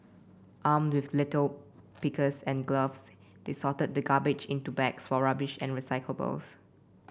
armed with litter pickers and gloves they sorted the garbage into bags for rubbish and recyclables